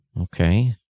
Okay